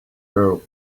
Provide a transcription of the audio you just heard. girl